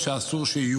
שאסור שיקרה,